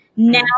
Now